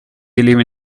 believe